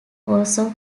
also